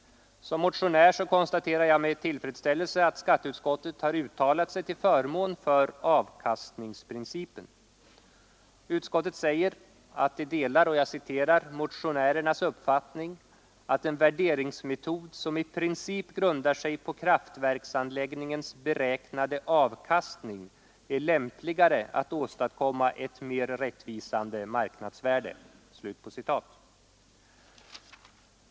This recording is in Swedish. Som motionär konstaterar jag med tillfredsställelse att skatteutskottet har uttalat sig till förmån för avkastningsprincipen. Utskottet säger att det delar ”motionärernas uppfattning, att en värderingsmetod, som i princip grundar sig på kraftverksanläggningens beräknade avkastning, är lämpligare för att åstadkomma ett mer rättvisande marknadsvärde”.